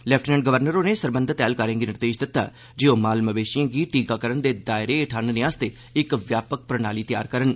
lieutenant governor होरें सरबंघत ऐहलकारें गी निर्देश दित्ता जे ओह् माल मवेशिएं गी टीकाकरण दे दायरे हेठ आह्नने आस्तै इक व्यापक प्रणाली तैयार करन